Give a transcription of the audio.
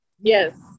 Yes